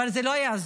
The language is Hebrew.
אבל זה לא יעזור.